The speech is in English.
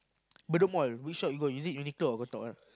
Bedok-Mall which shop you go is it Uniqlo or go top one